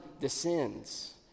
descends